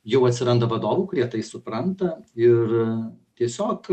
jau atsiranda vadovų kurie tai supranta ir tiesiog